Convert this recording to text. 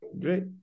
Great